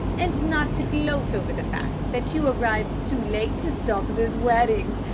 and not to gloat over the fact that you arrived too late to stop this wedding!